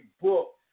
book